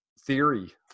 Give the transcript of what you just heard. theory